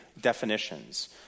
definitions